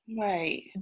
Right